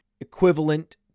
equivalent